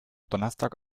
donnerstag